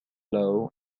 law